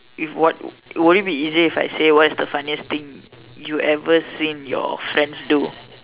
if what would it be easier if I say what's the funniest thing you ever seen your friends do